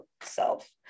self